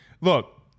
look